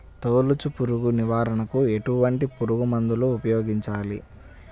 తొలుచు పురుగు నివారణకు ఎటువంటి పురుగుమందులు ఉపయోగించాలి?